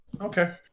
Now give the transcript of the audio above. Okay